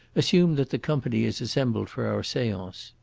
assume that the company is assembled for our seance.